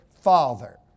father